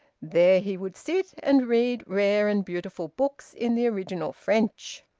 there he would sit and read rare and beautiful books in the original french!